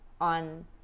on